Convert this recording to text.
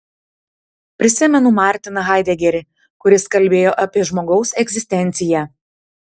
prisimenu martiną haidegerį kuris kalbėjo apie žmogaus egzistenciją